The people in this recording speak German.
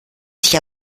sich